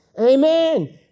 Amen